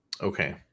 Okay